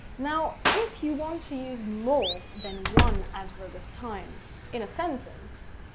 now, if you want to use more than one adverb of time in a sentence,